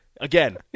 Again